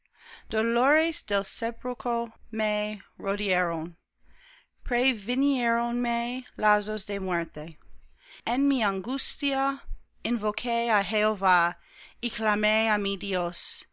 muerte en mi angustia invoqué á jehová y clamé á mi dios